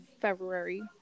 February